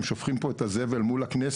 שופכים פה את הזבל אל מול הכנסת,